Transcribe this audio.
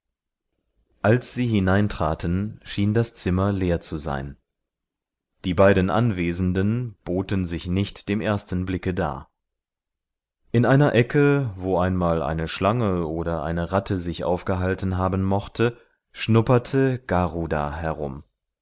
als sie hineintraten schien das zimmer leer zu sein die beiden anwesenden boten sich nicht dem ersten blicke dar in einer ecke wo einmal eine schlange oder eine ratte sich aufgehalten haben mochte schnupperte garuda herum